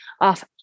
off